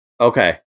Okay